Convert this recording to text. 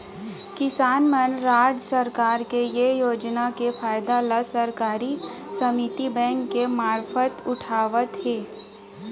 किसान मन राज सरकार के ये योजना के फायदा ल सहकारी समिति बेंक के मारफत उठावत हें